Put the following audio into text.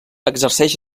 exerceix